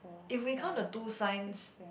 if we count the two signs